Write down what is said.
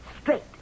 Straight